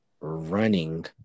running